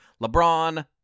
LeBron